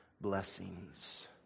blessings